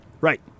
Right